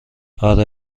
آره